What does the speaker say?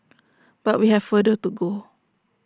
but we have further to go